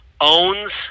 owns